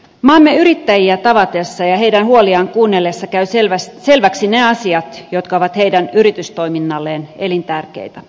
maamme yrittäjiä tavatessa ja heidän huoliaan kuunnellessa käyvät selväksi ne asiat jotka ovat heidän yritystoiminnalleen elintärkeitä